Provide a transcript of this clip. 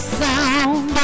sound